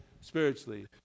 spiritually